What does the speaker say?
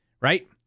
Right